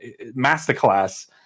masterclass